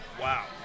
Wow